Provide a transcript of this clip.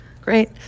Great